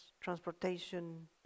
transportation